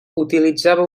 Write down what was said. utilitzava